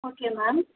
okay ma'am